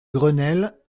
grenelle